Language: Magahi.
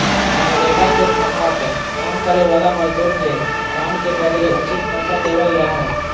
मनरेगा के तहत काम करे वाला मजदूर के काम के बदले उचित पैसा देवल जा हय